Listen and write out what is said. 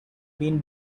been